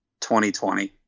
2020